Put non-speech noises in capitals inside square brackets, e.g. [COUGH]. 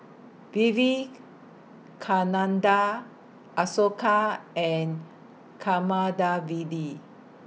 Vivekananda Ashoka and [UNINTELLIGIBLE]